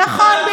נכון.